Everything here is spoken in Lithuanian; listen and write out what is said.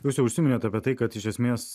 jūs jau užsiminėt apie tai kad iš esmės